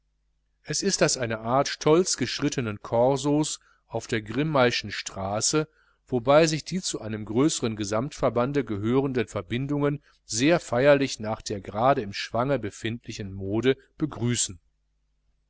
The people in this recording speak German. es ist das eine art stolz geschrittenen corsos auf der grimmaischen straße wobei sich die zu einem größeren gesammtverbande gehörigen verbindungen sehr feierlich nach der gerade im schwange befindlichen mode begrüßen